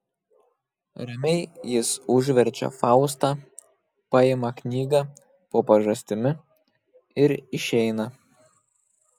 ramiai jis užverčia faustą paima knygą po pažastimi ir išeina